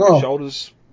shoulders